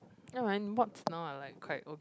never mind what is now are like quite okay